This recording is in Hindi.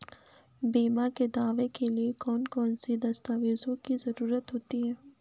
बीमा के दावे के लिए कौन कौन सी दस्तावेजों की जरूरत होती है?